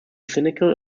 cynical